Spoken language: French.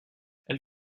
elle